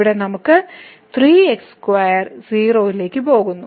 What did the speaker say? ഇവിടെ നമുക്ക് ഈ 3x2 0 ലേക്ക് പോകുന്നു